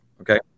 Okay